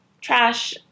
trash